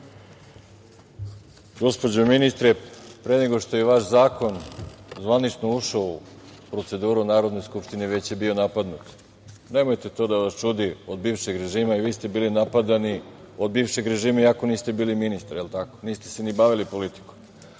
gospođo ministre, pre nego što je vaš zakon zvanično ušao u proceduru Narodne skupštine, već je bio napadnut. Nemojte to da vas čudi od bivšeg režima. I vi ste bili napadani od bivšeg režima, iako niste bili ministar, niste se ni bavili politikom